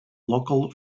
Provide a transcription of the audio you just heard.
local